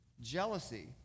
jealousy